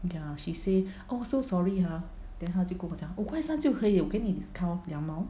ya she say oh so sorry !huh! then 她就跟我讲五块三就可以了给你 discount 两毛